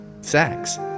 sex